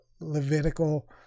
Levitical